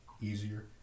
easier